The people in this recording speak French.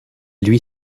lui